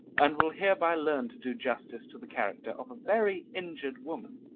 and will hereby learn to do justice to the character of a very injured woman.